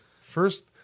First